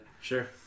Sure